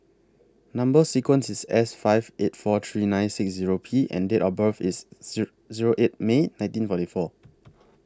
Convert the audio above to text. Number sequence IS S five eight four three nine six P and Date of birth IS Zero eight May nineteen forty four